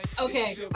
Okay